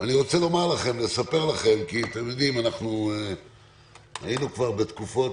היינו כבר בתקופות